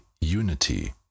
unity